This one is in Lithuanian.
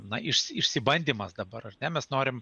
na iš išsibandymas dabar ar ne mes norim